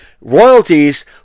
royalties